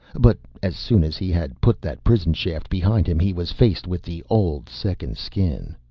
but as soon as he had put that prison-shaft behind him he was faced with the old second skin.